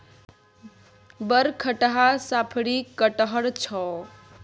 बड़ खटहा साफरी कटहड़ छौ